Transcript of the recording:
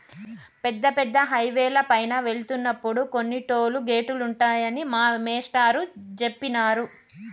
పెద్ద పెద్ద హైవేల పైన వెళ్తున్నప్పుడు కొన్ని టోలు గేటులుంటాయని మా మేష్టారు జెప్పినారు